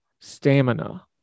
stamina